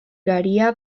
garia